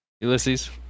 Ulysses